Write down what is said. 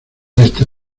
este